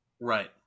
Right